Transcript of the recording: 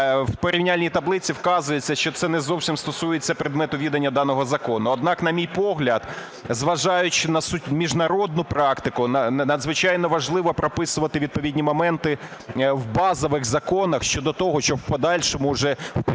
в порівняльній таблиці вказується, що це не зовсім стосується предмету відання даного закону. Однак, на мій погляд, зважаючи на суть, міжнародну практику, надзвичайно важливо прописувати відповідні моменти в базових законах щодо того, щоб в подальшому вже в